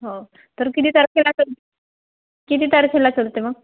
हो तर किती तारखेला चल किती तारखेला चलते मग